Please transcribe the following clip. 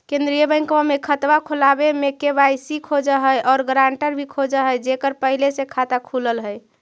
केंद्रीय बैंकवा मे खतवा खोलावे मे के.वाई.सी खोज है और ग्रांटर भी खोज है जेकर पहले से खाता खुलल है?